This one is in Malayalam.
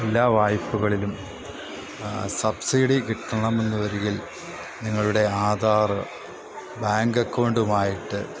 എല്ലാ വായ്പകളിലും സബ്സിഡി കിട്ടണമെന്നുവരികിൽ നിങ്ങളുടെ ആധാര് ബാങ്കക്കൗണ്ടുമായിട്ട്